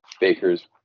Baker's